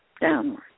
downward